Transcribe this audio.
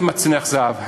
מה-זה מצנח זהב,